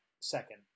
second